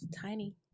tiny